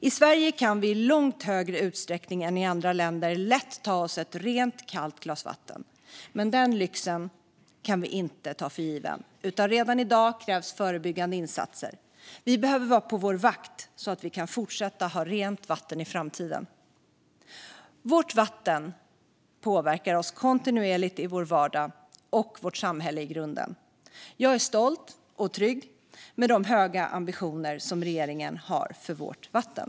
I Sverige kan vi i långt högre utsträckning än i andra länder lätt ta oss ett glas rent, kallt vatten. Men den lyxen ska vi inte ta för given, utan redan i dag krävs förebyggande insatser. Vi behöver vara på vår vakt så att vi kan fortsätta att ha rent vatten i framtiden. Vårt vatten påverkar kontinuerligt vår vardag och vårt samhälle i grunden. Jag är stolt över och trygg med de höga ambitioner som regeringen har för vårt vatten.